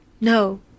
No